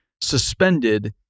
suspended